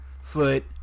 foot